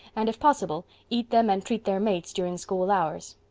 and, if possible, eat them and treat their mates during school hours.